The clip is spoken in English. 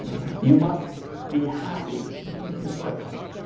you must be happy first.